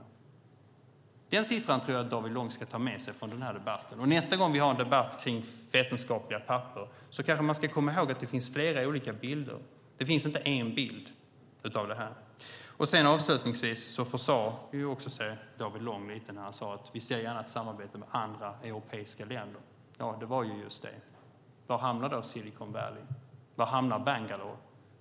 Den siffran tycker jag att David Lång ska ta med sig från den här debatten, och nästa gång vi har en debatt kring vetenskapliga papper kanske man ska komma ihåg att det finns flera olika bilder. Det finns inte en enda bild av detta. Avslutningsvis: David Lång försade sig lite när han sade att de gärna ser ett samarbete med andra europeiska länder. Ja, det var just det. Var hamnar då Silicon Valley? Var hamnar Bangalore?